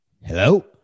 Hello